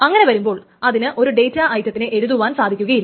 അങ്ങനെ വരുമ്പോൾ അതിന് ഒരു ഡേറ്റാ ഐറ്റത്തിനെ എഴുതുവാൻ സാധിക്കുകയില്ല